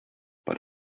but